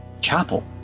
chapel